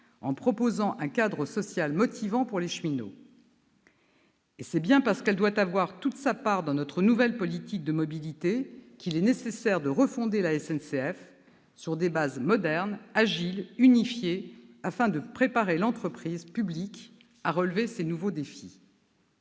en proposant un cadre social motivant pour les cheminots. Et c'est bien parce qu'elle doit avoir toute sa part dans notre nouvelle politique de mobilité qu'il est nécessaire de refonder la SNCF sur des bases modernes, agiles, unifiées, afin de préparer l'entreprise publique à relever ces nouveaux défis.